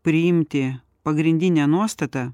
priimti pagrindinę nuostatą